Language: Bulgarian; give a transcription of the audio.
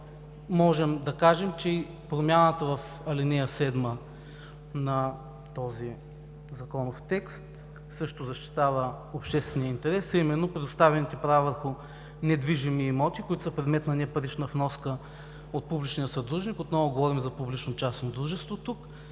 можем да кажем, че и промяната в ал. 7 на този законов текст, също защитава обществения интерес, а именно предоставените права върху недвижими имоти, които са предмет на непарична вноска от публичния сътрудник – отново говорим за публично-частно дружество тук,